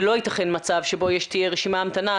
ולא ייתכן מצב שבו תהיה רשימת המתנה,